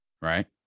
right